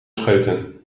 scheuten